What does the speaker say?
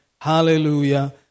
Hallelujah